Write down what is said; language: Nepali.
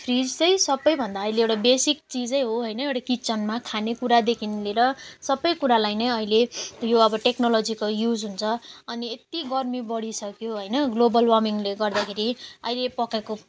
फ्रिज चाहिँ सबभन्दा अहिले एउटा बेसिक चिज हो होइन एउटा किचनमा खानेकुरादेखि लिएर सब कुरालाई नै अहिले यो अब टेक्नोलोजीको युज हुन्छ अनि यति गर्मी बढिसक्यो होइन ग्लोबल वार्मिङले गर्दाखेरि अहिले पकाएको